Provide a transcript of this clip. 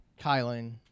Kylan